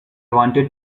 wanted